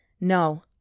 No